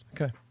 Okay